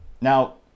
Now